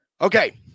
Okay